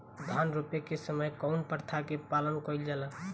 धान रोपे के समय कउन प्रथा की पालन कइल जाला?